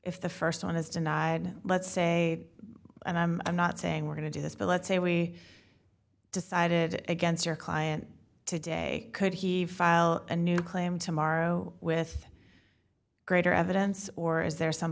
if the st one is denied let's say and i'm not saying we're going to do this but let's say we decided against your client today could he file a new claim tomorrow with greater evidence or is there some